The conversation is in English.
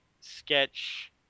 sketch